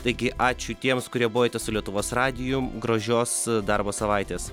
taigi ačiū tiems kurie buvote su lietuvos radiju gražios darbo savaitės